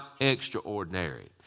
extraordinary